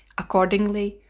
accordingly,